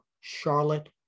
Charlotte